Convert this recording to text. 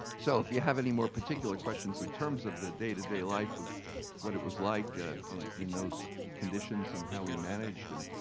so if you have any more particular questions in terms of the day-to-day life of what it was like in in those conditions, and how he managed and,